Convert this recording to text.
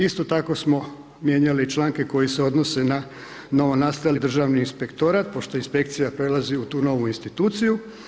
Isto tako smo mijenjali članke koji se odnose na novonastali Državni inspektorat, pošto inspekcija prelazi u tu novu instituciju.